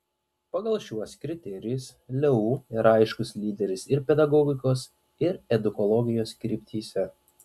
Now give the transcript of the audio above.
pagal šiuos kriterijus leu yra aiškus lyderis ir pedagogikos ir edukologijos kryptyse